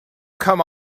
come